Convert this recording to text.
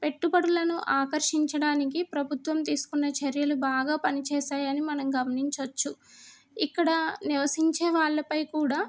పెట్టుబడులను ఆకర్షించడానికి ప్రభుత్వం తీసుకున్న చర్యలు బాగా పనిచేసాయి అని మనం గమనించవచ్చు ఇక్కడ నివసించే వాళ్ళపై కూడా